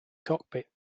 cockpit